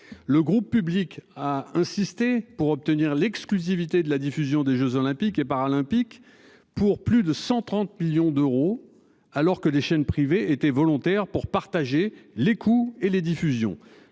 Le groupe public a insisté pour obtenir l'exclusivité de la diffusion des Jeux olympiques et paralympiques. Pour plus de 130 millions d'euros alors que les chaînes privées étaient volontaires pour partager les coûts et les diffusions